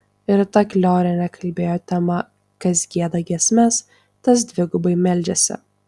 rita kliorienė kalbėjo tema kas gieda giesmes tas dvigubai meldžiasi